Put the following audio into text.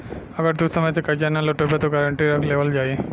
अगर तू समय से कर्जा ना लौटइबऽ त गारंटी रख लेवल जाई